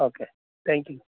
okay thank you